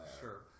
Sure